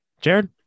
Jared